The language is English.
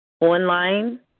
online